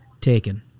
taken